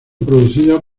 producida